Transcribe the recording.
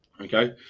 Okay